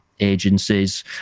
agencies